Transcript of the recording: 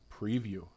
preview